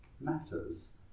matters